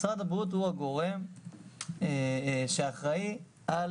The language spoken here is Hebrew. משרד הבריאות הוא הגורם שאחראי על